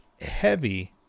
heavy